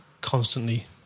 constantly